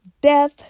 death